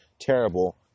terrible